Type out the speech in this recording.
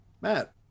Matt